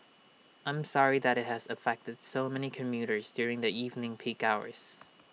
I'm sorry that IT has affected so many commuters during the evening peak hours